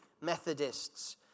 Methodists